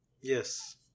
Yes